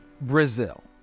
Brazil